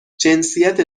جنسیت